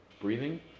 breathing